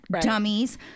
dummies